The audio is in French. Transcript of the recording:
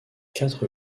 quatre